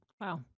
Wow